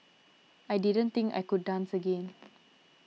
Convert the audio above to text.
I didn't think I could dance again